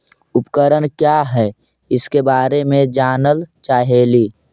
उपकरण क्या है इसके बारे मे जानल चाहेली?